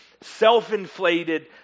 self-inflated